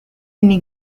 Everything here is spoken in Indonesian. ini